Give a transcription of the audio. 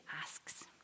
asks